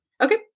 Okay